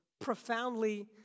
profoundly